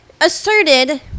asserted